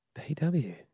PW